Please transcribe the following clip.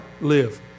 live